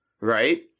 right